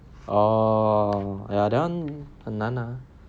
oh ya that [one] 很难 hor